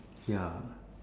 ya